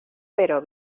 pero